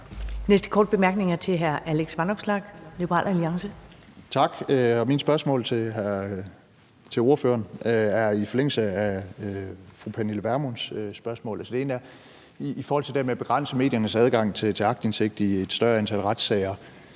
næste korte bemærkning er til hr. Alex Vanopslagh, Liberal Alliance. Kl. 13:43 Alex Vanopslagh (LA): Tak. Mit spørgsmål til ordføreren er i forlængelse af fru Pernille Vermunds spørgsmål. Det er i forhold til det med at begrænse mediernes adgang til aktindsigt i et større antal retssager,